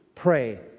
Pray